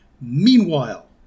Meanwhile